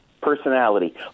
personality